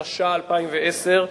התש"ע 2010,